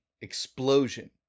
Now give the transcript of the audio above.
explosion